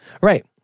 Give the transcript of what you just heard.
Right